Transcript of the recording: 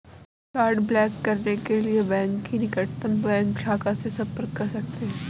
card block करने के लिए बैंक की निकटतम बैंक शाखा से संपर्क कर सकते है